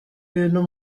ibintu